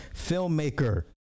filmmaker